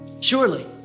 Surely